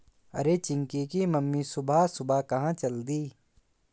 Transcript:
अरे चिंकी की मम्मी सुबह सुबह कहां चल दी?